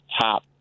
top